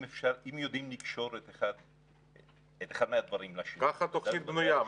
אם יודעים לקשור את אחד מהדברים לשני --- ככה התוכנית בנויה,